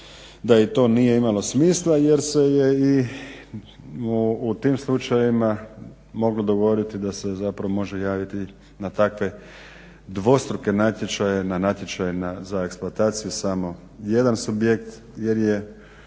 da i to nije imalo smisla jer se je i u tim slučajevima moglo dogoditi da se zapravo može javiti na takve dvostruke natječaje, na natječaje za eksploataciju samo jedan subjekt jer je